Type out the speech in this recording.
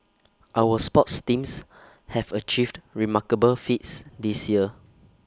our sports teams have achieved remarkable feats this year